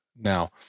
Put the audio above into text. now